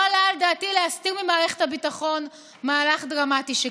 לא עלה על דעתי להסתיר ממערכת הביטחון מהלך דרמטי שכזה.